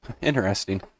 Interesting